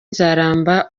nzaramba